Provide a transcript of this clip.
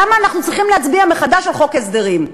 למה אנחנו צריכים להצביע מחדש על חוק הסדרים?